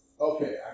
Okay